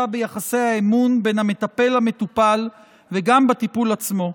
ביחסי האמון בין המטפל למטופל וגם בטיפול עצמו.